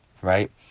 right